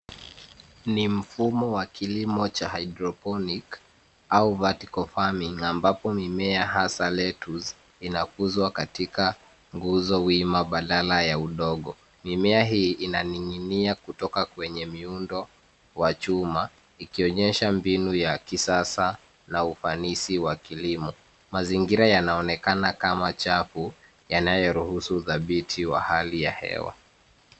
Ni mfumo wa kilimo cha hydroponic au vertical farming ambapo mimea hasa lettuce inakuzwa katika nguzo wima badala ya udongo. Mimea hii inaning'inia kutoka kwenye miundo wa chuma, ikionyesha mbinu ya kisasa na ufanisi wa kilimo. Mazingira yanaonekana kama chafu yanayoruhusu udhabiti wa hali ya hewa.